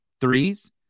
threes